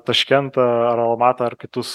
taškentą aromatą ar kitus